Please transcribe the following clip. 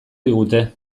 digute